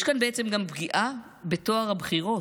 יש כאן גם פגיעה בטוהר הבחירות,